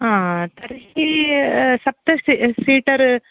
तर्हि सप्तसीटर्